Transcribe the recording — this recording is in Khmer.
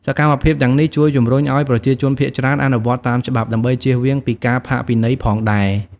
សកម្មភាពទាំងនេះ ជួយជំរុញឱ្យប្រជាជនភាគច្រើនអនុវត្តតាមច្បាប់ ដើម្បីចៀសវាងពីការផាកពិន័យផងដែរ។